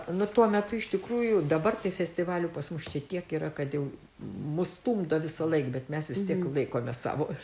nu tuo metu iš tikrųjų dabar tai festivalių pas mus čia tiek yra kad jau mus stumdo visąlaik bet mes vis tiek laikomės savo